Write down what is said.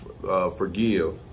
forgive